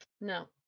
No